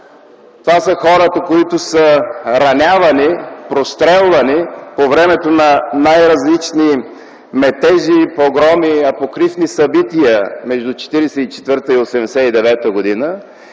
хора, които са ранявани, прострелвани по времето на най-различни метежи, погроми и апокрифни събития между 1944 и 1989 г.